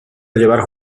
llevar